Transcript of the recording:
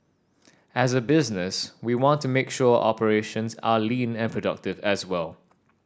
as a business we want to make sure our operations are lean and productive as well